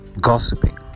gossiping